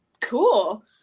cool